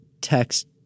text